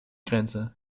grenze